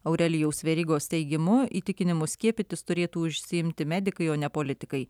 aurelijaus verygos teigimu įtikinimu skiepytis turėtų užsiimti medikai o ne politikai